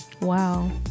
Wow